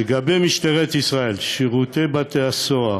לגבי משטרת ישראל, שירות בתי-הסוהר,